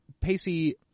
Pacey